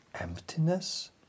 Emptiness